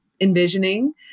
envisioning